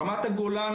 רמת הגולן,